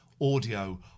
audio